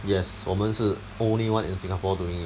yes 我们是 only one in singapore doing it